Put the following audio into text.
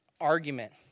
argument